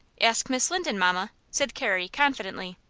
ask miss linden, mamma, said carrie, confidently.